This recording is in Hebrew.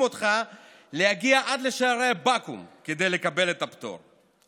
אותך להגיע עד לשערי הבקו"ם כדי לקבל את הפטור.